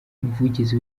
umuvugizi